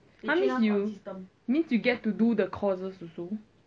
!huh! mean you means you get to do the courses also